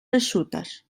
eixutes